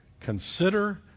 Consider